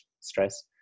stress